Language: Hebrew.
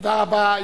תודה רבה.